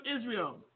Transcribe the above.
Israel